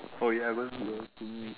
for ya because you all seen